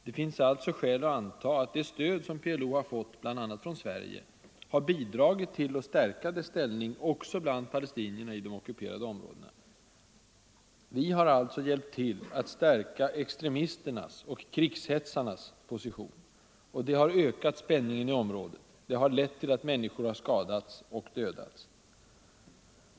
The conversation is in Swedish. Det finns alltså skäl att anta att det stöd PLO fått, bl.a. från Sverige, har bidragit till att stärka dess ställning också bland palestinierna i de ockuperade områdena. Vi har alltså hjälpt till att stärka extremisternas och krigshetsarnas position, och det har ökat spänningen i området, lett till att människor skadats och dödats.